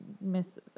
miss